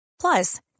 Plus